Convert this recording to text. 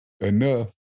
enough